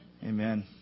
Amen